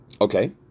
Okay